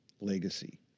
legacy